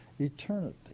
eternity